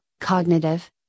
cognitive